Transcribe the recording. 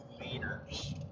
leaders